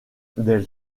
del